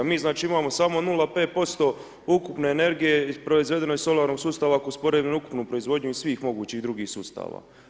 Mi znači imamo samo 0,5% ukupne energije i proizvedeno iz solarnog sustava ako usporedimo ukupnu proizvodnju iz svih mogućih drugih sustava.